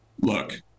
Look